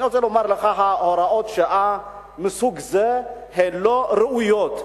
אני רוצה לומר לך שהוראות שעה מסוג זה הן לא ראויות,